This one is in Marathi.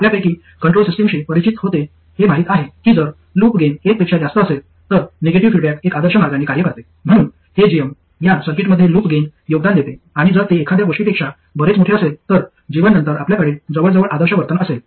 आपल्यापैकी कंट्रोल सिस्टमशी परिचित होते हे माहित आहे की जर लूप गेन एक पेक्षा जास्त असेल तर निगेटिव्ह फीडबॅक एक आदर्श मार्गाने कार्य करते म्हणून हे gm या सर्किटमध्ये लूप गेन योगदान देते आणि जर ते एखाद्या गोष्टीपेक्षा बरेच मोठे असेल तर G1 नंतर आपल्याकडे जवळजवळ आदर्श वर्तन असेल